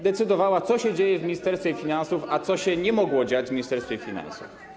decydowała, co się działo w Ministerstwie Finansów, a co się nie mogło dziać w Ministerstwie Finansów.